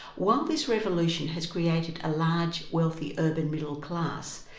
while this revolution has created a large wealthy urban middle class,